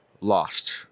lost